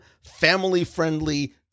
family-friendly